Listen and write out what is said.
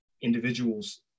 individuals